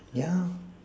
yeah